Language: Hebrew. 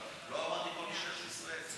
לא אמרתי כל משטרת ישראל.